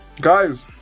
guys